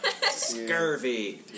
Scurvy